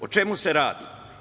O čemu se radi?